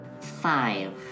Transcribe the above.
Five